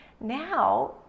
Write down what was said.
now